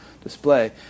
display